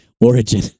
origin